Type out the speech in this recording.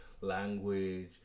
language